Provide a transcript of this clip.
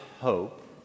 hope